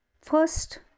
first